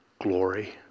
Glory